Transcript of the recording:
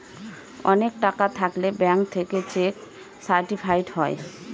অনেক টাকা থাকলে ব্যাঙ্ক থেকে চেক সার্টিফাইড হয়